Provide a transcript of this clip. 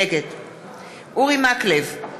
נגד אורי מקלב,